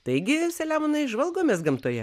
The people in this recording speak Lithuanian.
taigi saliamonai žvalgomės gamtoje